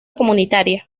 comunitaria